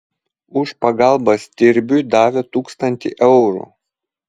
už pagalbą stirbiui davė tūkstantį eurų